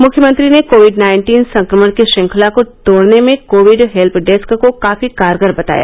मुख्यमंत्री ने covid nineteen संक्रमण की श्रंखला को तोडने में कोविड हेल्य डेस्क को काफी कारगर बताया